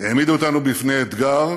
העמיד אותנו בפני אתגר